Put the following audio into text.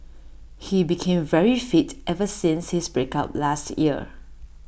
he became very fit ever since his break up last year